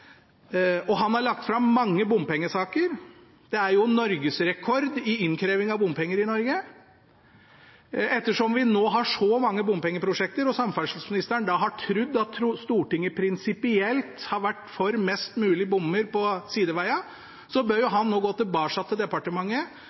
har lagt fram så mange bompengesaker – det er jo norgesrekord i innkreving av bompenger – og han har trodd at Stortinget prinsipielt har vært for mest mulig bommer på sidevegene, nå å gå tilbake til departementet